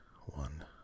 one